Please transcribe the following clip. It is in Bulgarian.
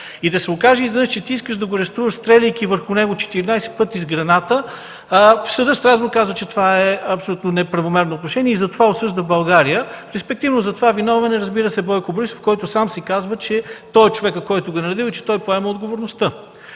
и да се окаже изведнъж, че ти искаш да го арестуваш, стреляйки върху него 14 пъти с граната, съдът в Страсбург казва, че това е абсолютно неправомерно отношение и затова осъжда България. Респективно за това виновен е, разбира се, Бойко Борисов, който сам си казва, че той е човекът, който го е наредил и че той поема отговорността.